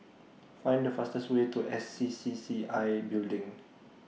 Find The fastest Way to S C C C I Building